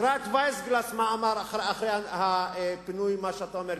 תקרא מה וייסגלס אמר אחרי פינוי גוש-קטיף.